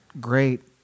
great